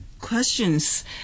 questions